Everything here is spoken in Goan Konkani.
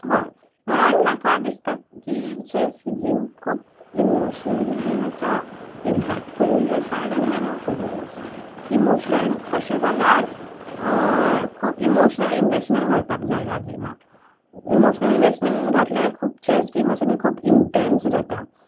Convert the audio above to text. हय म्हणोन म्हाका दिसता की चॅस ही गेम खूब इमोशनली बीन आसा इम्पॅक्टफुलूय आसा आनी मिनींगफूलूय आसा इमोशनल कशें जाल्यार खूब इमोशनल इनवेस्टमेंट घालपाक जाय ह्या गेमाक इमोशनल इन्वेस्टमेंट घातल्यार खूब चॅस गेम आसा न्ही खूब इंटेंस जाता